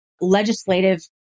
legislative